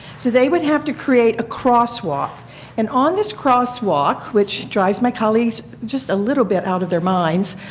so they would have to create a crosswalk and on this crosswalk which drives my colleagues just a little bit out of their minds,